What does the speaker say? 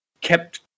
kept